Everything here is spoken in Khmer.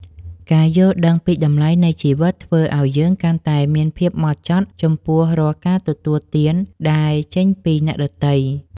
ការយល់ដឹងពីតម្លៃនៃជីវិតធ្វើឱ្យយើងកាន់តែមានភាពហ្មត់ចត់ចំពោះរាល់ការទទួលទានដែលចេញពីអ្នកដទៃ។